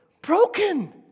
broken